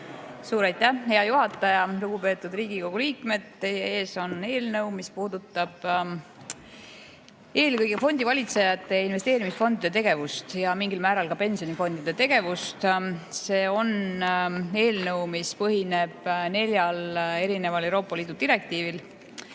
Suur aitäh, hea juhataja! Lugupeetud Riigikogu liikmed! Teie ees on eelnõu, mis puudutab eelkõige fondivalitsejate ja investeerimisfondide tegevust ja mingil määral ka pensionifondide tegevust. See on eelnõu, mis põhineb neljal Euroopa Liidu direktiivil.